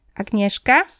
agnieszka